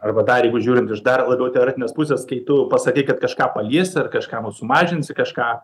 arba dar jeigu žiūrint iš dar labiau teoretinės pusės kai tu pasakai kad kažką paliesi ar kažkam sumažinsi kažką